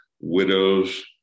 widows